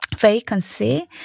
vacancy